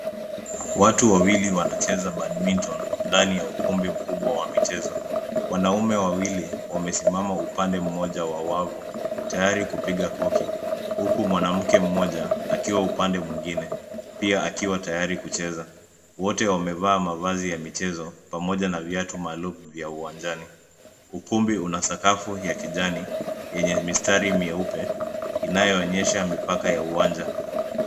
Watu wawili wanacheza badminton ndani ya ukumbi mkubwa wa michezo. Wanaume wawili wamesimama upande mmoja wa wavu, tayari kupiga koki huku mwanamke mmoja akiwa upande mwingine pia akiwa tayari kucheza. Wote wamevaa mavazi ya michezo pamoja na viatu maalum vya uwanjani. Ukumbi una sakafu ya kijani yenye mistari mieupe, inayoonyesha mipaka ya uwanja.